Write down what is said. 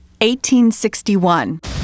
1861